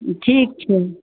ठीक छै